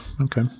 okay